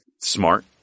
smart